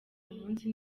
umunsi